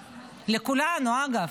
לכולנו, אגב,